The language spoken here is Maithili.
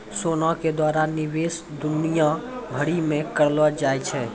सोना के द्वारा निवेश दुनिया भरि मे करलो जाय छै